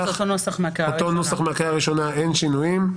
אותו נוסח מהקריאה הראשונה בו אין שינויים.